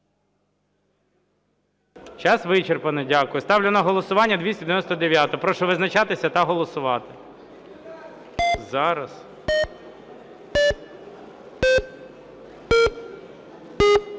Час вичерпано. Дякую. Ставлю на голосування 299-у. Прошу визначатися та голосувати.